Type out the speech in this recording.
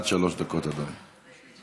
עד שלוש דקות, אדוני.